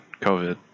COVID